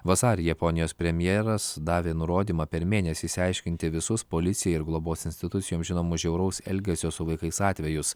vasarį japonijos premjeras davė nurodymą per mėnesį išsiaiškinti visus policijai ir globos institucijom žinomus žiauraus elgesio su vaikais atvejus